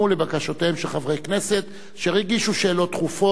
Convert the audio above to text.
לבקשותיהם של חברי כנסת שהגישו שאלות דחופות